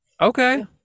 Okay